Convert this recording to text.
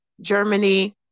Germany